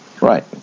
right